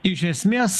iš esmės